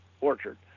orchard